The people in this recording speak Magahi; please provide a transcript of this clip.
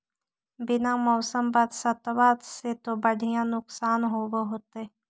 बिन मौसम बरसतबा से तो बढ़िया नुक्सान होब होतै?